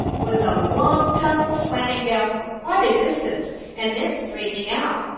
was a long tunnel slanting down for quite a distance and then straightening out.